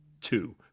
two